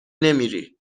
نمیری